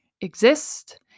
exist